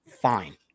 fine